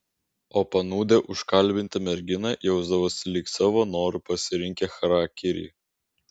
o panūdę užkalbinti merginą jausdavosi lyg savo noru pasirinkę charakirį